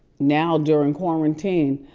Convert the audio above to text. now during quarantine,